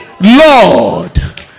Lord